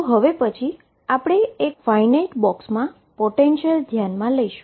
તો હવે પછી આપણે એક ફાઈનાઈટ બોક્સમાં પોટેંશિયલ ધ્યાનમાં લઈશું